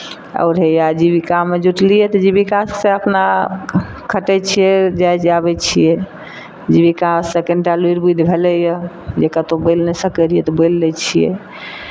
आओर हैआ जीविकामे जुटलियै तऽ जीविकासँ अपना खटै छियै जाइ आबै छियै जीविकासँ कनि टा लुरि बुद्धि भेलैए जे कतहु बोलि नहि सकैत रहियै तऽ बोलि लै छियै